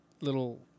little